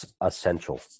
essential